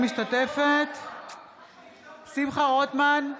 אינה משתתפת בהצבעה שמחה רוטמן,